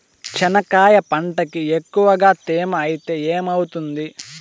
చెనక్కాయ పంటకి ఎక్కువగా తేమ ఐతే ఏమవుతుంది?